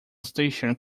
station